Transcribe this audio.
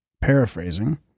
paraphrasing